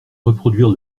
reproduire